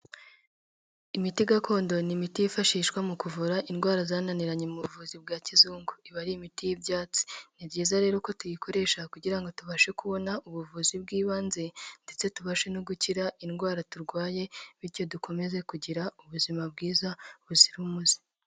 Imiti gakondo ni imiti yifashishwa mu kuvura indwara zananiranye mu buvuzi bwa kizungu, iba ari imiti y'ibyatsi, ni byiza rero ko tuyikoresha kugira ngo tubashe kubona ubuvuzi bw'ibanze ndetse tubashe no gukira indwara turwaye bityo dukomeze kugira ubuzima bwiza buzira umuze.